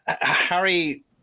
Harry